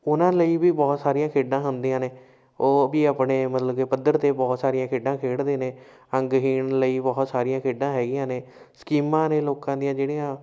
ਉਹਨਾਂ ਲਈ ਵੀ ਬਹੁਤ ਸਾਰੀਆਂ ਖੇਡਾਂ ਹੁੰਦੀਆਂ ਨੇ ਉਹ ਵੀ ਆਪਣੇ ਮਤਲਵ ਕੀ ਪੱਧਰ 'ਤੇ ਬਹੁਤ ਸਾਰੀਆਂ ਖੇਡਾਂ ਖੇਡਦੇ ਨੇ ਅੰਗਹੀਣ ਲਈ ਬਹੁਤ ਸਾਰੀਆਂ ਖੇਡਾਂ ਹੈਗੀਆਂ ਨੇ ਸਕੀਮਾਂ ਨੇ ਲੋਕਾਂ ਦੀਆਂ ਜਿਹੜੀਆਂ